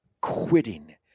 quitting